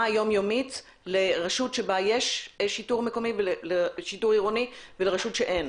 היומיומית לרשות שבה יש שיטור עירוני ולרשות שאין.